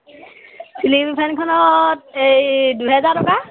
ceiling ফেনখনত এই দুহেজাৰ টকা